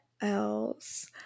else